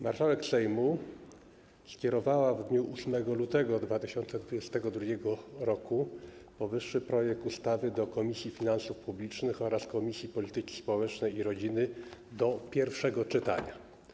Marszałek Sejmu skierowała w dniu 8 lutego 2022 r. powyższy projekt ustawy do Komisji Finansów Publicznych oraz Komisji Polityki Społecznej i Rodziny do pierwszego czytania.